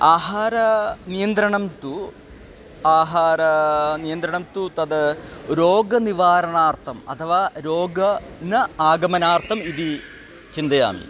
आहारनियन्त्रणं तु आहारनियन्त्रणं तु तद् रोगनिवारणार्थम् अथवा रोगस्य न आगमनार्थम् इति चिन्तयामि